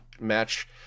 match